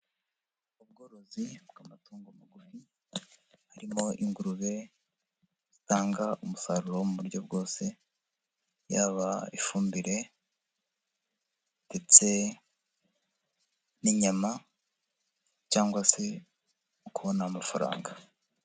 Ubworozi bw'amatungo magufi, harimo ingurube zitanga umusaruro mu buryo bwose, yaba ifumbire, ndetse n'inyama, cyangwa se mu kubona amafaranga.